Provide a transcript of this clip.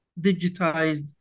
digitized